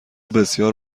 بسیار